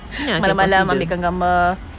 can consider